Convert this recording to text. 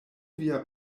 via